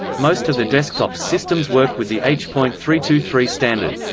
most of the desktops systems work with the h point three two three standard.